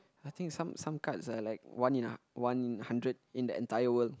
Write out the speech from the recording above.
I think some some cards are like one in one in hundred in the entire world